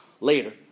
Later